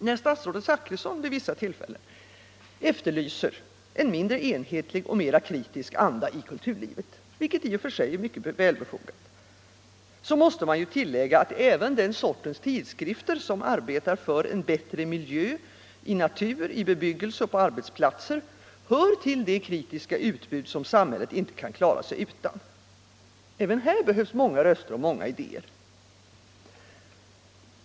När statsrådet Zachrisson vid vissa tillfällen efterlyser en mindre en hetlig och mera kritisk anda i kulturlivet, vilket i och för sig är välbefogat, måste man tillägga att även den sortens tidskrifter som arbetar för en bättre miljö i natur och bebyggelse och på arbetsplatser hör till det kritiska utbud som samhället inte kan klara sig utan. Även här behövs många röster och många idéer.